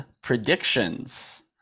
predictions